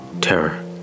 Terror